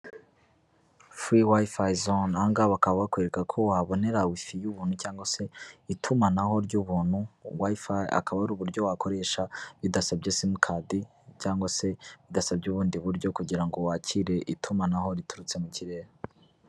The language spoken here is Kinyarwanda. Furi Wi-Fi zone, aha ngaha bakaba bakwereka ko wahabonera Wi-Fi y'ubuntu cyangwa se itumanaho ry'ubuntu, Wi-Fi akaba ari uburyo wakoresha bidasabye simukadi cyangwa se bidasabye ubundi buryo kugira ngo wakire itumanaho riturutse mu kirere.